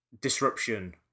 disruption